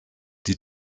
die